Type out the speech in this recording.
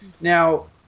Now